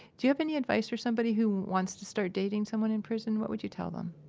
do you have any advice for somebody who wants to start dating somebody in prison? what would you tell them?